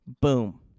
Boom